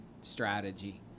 strategy